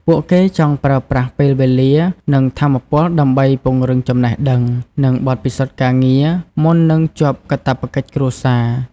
ពួកគេចង់ប្រើប្រាស់ពេលវេលា និងថាមពលដើម្បីពង្រឹងចំណេះដឹង និងបទពិសោធន៍ការងារ មុននឹងជាប់កាតព្វកិច្ចគ្រួសារ។